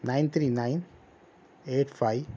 nine three nine eight five